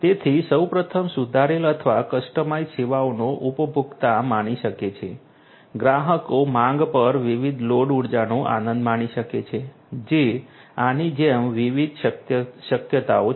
તેથી સૌ પ્રથમ સુધારેલ અથવા કસ્ટમાઇઝ્ડ સેવાઓનો ઉપભોક્તા માણી શકે છે ગ્રાહકો માંગ પર વિવિધ લોડ ઊર્જાનો આનંદ માણી શકે છે જે આની જેમ વિવિધ શક્યતાઓ છે